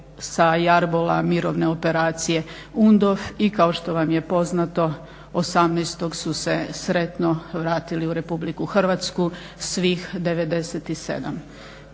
sa jarbola Mirovne operacije UNDOF. I kao što vam je poznato 18. su se sretno vratili u Republiku Hrvatsku svih 97.